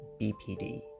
BPD